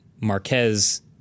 Marquez